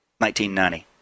1990